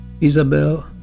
Isabel